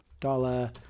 Dollar